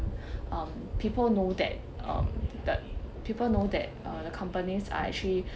um people know that um people know that the companies are actually